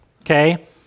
okay